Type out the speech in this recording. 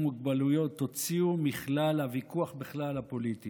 מוגבלויות תוציאו מכלל הוויכוח הפוליטי